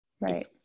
Right